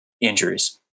injuries